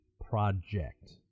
project